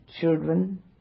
children